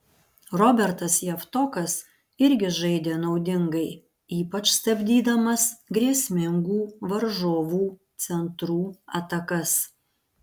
robertas javtokas irgi žaidė naudingai ypač stabdydamas grėsmingų varžovų centrų atakas